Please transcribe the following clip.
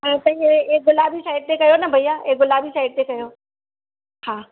त हे गुलाबी साइड ते कयो न भैया हे गुलाबी साइड ते कयो हा